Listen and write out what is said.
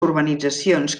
urbanitzacions